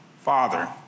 Father